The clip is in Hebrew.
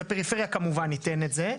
בפריפריה כמובן ניתן את זה.